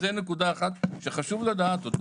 אז זו נקודה אחת, שחשוב לדעת אותה.